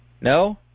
No